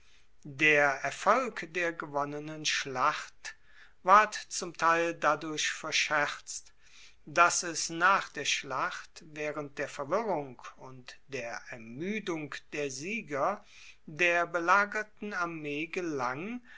der erfolg der gewonnenen schlacht ward zum teil dadurch verscherzt dass es nach der schlacht waehrend der verwirrung und der ermuedung der sieger der belagerten armee gelang